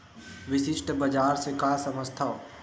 विशिष्ट बजार से का समझथव?